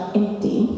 empty